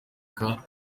kumwegera